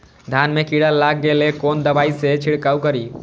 धान में कीरा लाग गेलेय कोन दवाई से छीरकाउ करी?